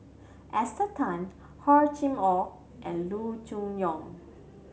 Esther Tan Hor Chim Or and Loo Choon Yong